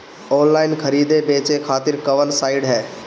Online खरीदे बेचे खातिर कवन साइड ह?